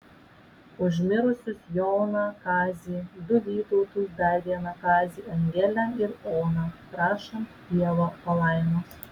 už mirusius joną kazį du vytautus dar vieną kazį angelę ir oną prašant dievo palaimos